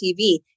TV